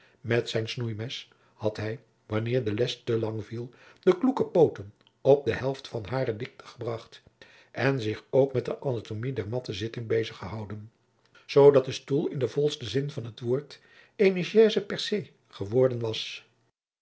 met zijn snoeimes had hij wanneer de les te lang viel de kloeke pooten op de helft van hare dikte gebracht en zich ook met de anatomie der matten zitting bezig gehouden zoodat de stoel in den volsten zin van t woord eene chaise percé geworden was